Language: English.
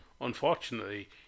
unfortunately